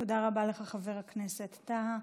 תודה רבה לך, חבר הכנסת טאהא.